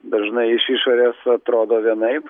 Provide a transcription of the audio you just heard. dažnai iš išorės atrodo vienaip